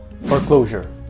foreclosure